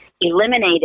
eliminated